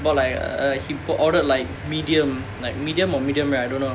bought like a he ordered like medium like medium or medium rare I don't know